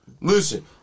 Listen